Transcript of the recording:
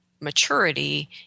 maturity